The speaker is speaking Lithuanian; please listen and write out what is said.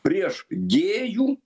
prieš gėjų